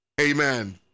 Amen